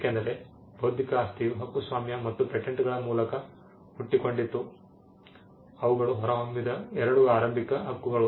ಏಕೆಂದರೆ ಬೌದ್ಧಿಕ ಆಸ್ತಿಯು ಹಕ್ಕುಸ್ವಾಮ್ಯ ಮತ್ತು ಪೇಟೆಂಟ್ಗಳ ಮೂಲಕ ಹುಟ್ಟಿಕೊಂಡಿತು ಅವುಗಳು ಹೊರಹೊಮ್ಮಿದ ಎರಡು ಆರಂಭಿಕ ಹಕ್ಕುಗಳು